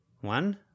One